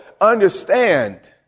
understand